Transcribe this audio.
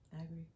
Agree